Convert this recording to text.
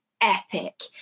epic